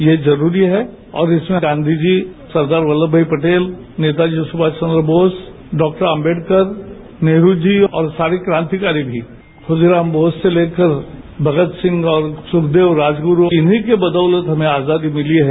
ये जरूरी है और इसमें गांधीजी सरदार वल्लभभाई पटेल नेताजी सुभाष चन्द्र बोस डॉक्टर अंबेडकर नेहरू जी और सारे क्रांतिकारी भी खुदी राम बोस ले लेकर भगत सिंह और सुखदेव राजगुरु इन्हीं के बदौलत हमें आजादी मिली है